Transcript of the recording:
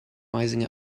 rising